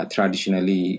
Traditionally